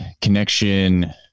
connection